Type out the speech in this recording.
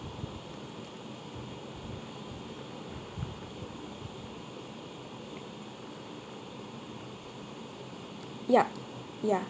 yup ya